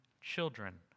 children